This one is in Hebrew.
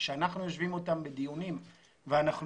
כשאנחנו יושבים אתם בדיונים ואנחנו